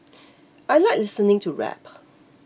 I like listening to rap